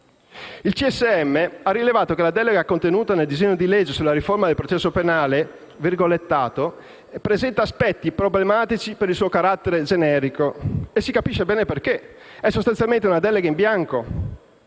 ha rilevato che la delega contenuta nel disegno di legge sulla riforma del processo penale «presenta aspetti problematici per il suo carattere generico». E si capisce bene il perché: è sostanzialmente una delega in bianco.